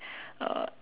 uh